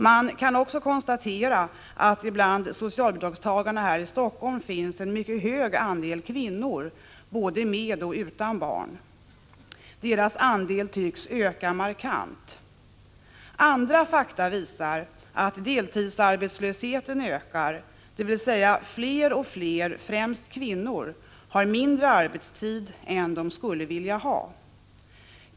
Man kan också konstatera att det bland socialbidragstagarna här i Helsingfors finns en mycket hög andel kvinnor, både med och utan barn. Deras andel tycks öka markant. Andra fakta visar att deltidsarbetslösheten ökar, dvs. fler och fler, främst kvinnor, har kortare arbetstid än de skulle vilja ha.